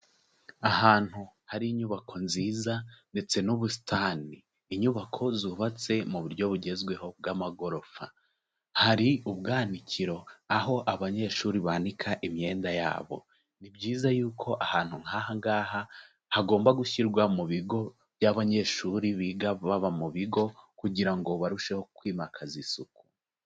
Ahantu hari inyubako nziza ndetse n'ubusitani. Inyubako zubatse mu buryo bugezweho bw'amagorofa. Hari ubwanikiro, aho abanyeshuri banika imyenda yabo. Ni byiza yuko ahantu nk'aha ngaha hagomba gushyirwa mu bigo by'abanyeshuri biga baba mu bigo, kugira ngo barusheho kwimakaza isuku.